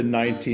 19